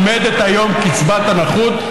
עומדת היום קצבת הנכות.